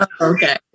Okay